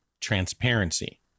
transparency